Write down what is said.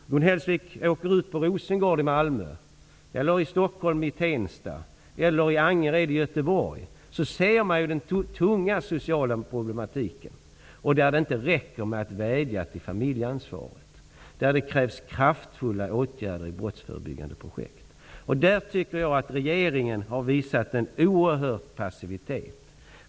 Om Gun Hellsvik åker ut på Rosengård i Malmö, eller till Tensta i Stockholm eller till Angered i Göteborg så kan hon se den tunga sociala problematiken. Där räcker det inte att vädja till familjeansvaret, utan det krävs kraftfulla åtgärder i brottsförebyggande projekt. Regeringen har här visat en oerhörd passivitet.